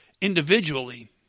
individually